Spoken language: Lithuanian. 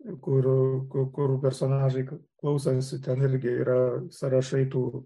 kur ku kur personažai klausosi ten irgi yra sąrašai tų